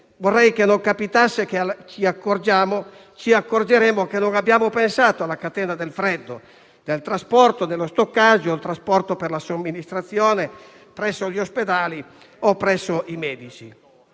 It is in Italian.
Vorrei che non capitasse di doverci accorgere che non abbiamo pensato alla catena del freddo, dello stoccaggio e del trasporto per la somministrazione presso gli ospedali o presso i medici.